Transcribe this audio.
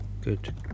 good